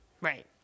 Right